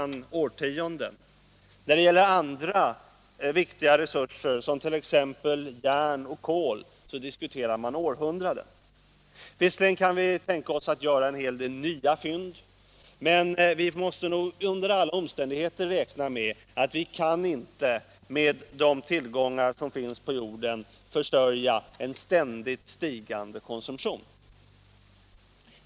När det gäller andra viktiga resurser, som t.ex. järn och kol, diskuterar man århundraden. Visserligen kan vi tänka oss att göra en hel del nya fynd, men vi måste under alla omständigheter räkna med att vi inte med de tillgångar som finns på jorden kan försörja en ständigt stigande konsumtion.